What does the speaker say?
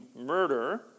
murder